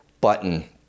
button